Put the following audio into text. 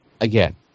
Again